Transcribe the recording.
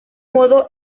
modo